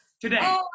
Today